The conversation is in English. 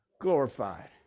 glorified